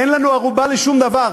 אין לנו ערובה לשום דבר,